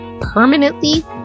permanently